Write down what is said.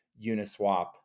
Uniswap